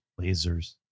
Lasers